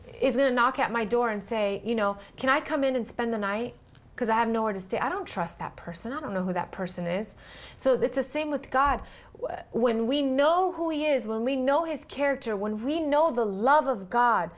is a knock at my door and say you know can i come in and spend the night because i have nowhere to stay i don't trust that person i don't know who that person is so that's the same with god when we know who he is when we know his character when we know the love of god